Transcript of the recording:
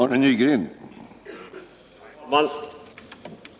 Herr talman!